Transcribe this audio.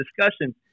discussion